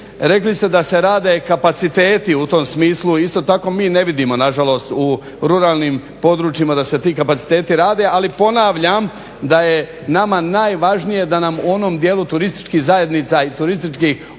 Rekli ste da se rade kapaciteti u tom smislu, isto tako mi ne vidimo na žalost u ruralnim područjima da se ti kapaciteti rade. Ali ponavljam da je nama najvažnije da nam u onom dijelu turističkih zajednica i turističkih ureda